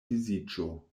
disiĝo